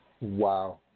Wow